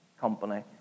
Company